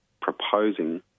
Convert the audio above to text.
proposing